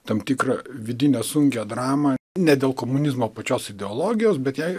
tam tikrą vidinę sunkią dramą ne dėl komunizmo pačios ideologijos bet jai